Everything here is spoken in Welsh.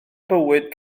bywyd